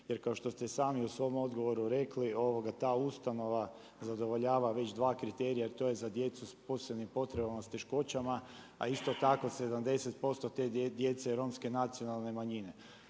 Jer kao što ste i sami u svom odgovoru rekli ta ustanova zadovoljava već dva kriterija. To je za djecu s posebnim potrebama s teškoćama, a isto tako 70% te djece je romske nacionalne manjine.